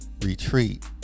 retreat